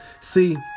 See